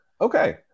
Okay